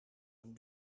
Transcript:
een